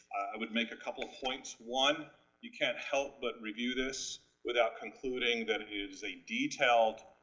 i would make a couple of points one you can't help but review this without concluding that it is a detailed,